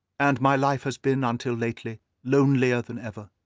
and my life has been until lately lonelier than ever.